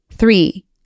three